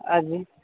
हाँ जी